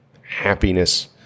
Happiness